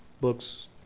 books